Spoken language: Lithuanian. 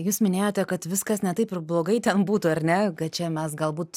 jūs minėjote kad viskas ne taip ir blogai ten būtų ar ne kad čia mes galbūt